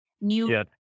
new